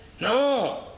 no